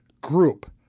group